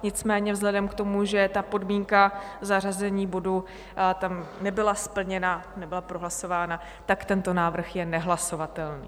Nicméně vzhledem k tomu, že podmínka zařazení bodu nebyla splněna, nebyla prohlasována, tak tento návrh je nehlasovatelný.